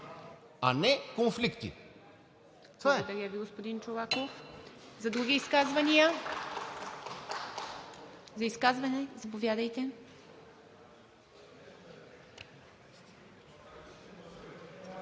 а не конфликти.